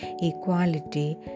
equality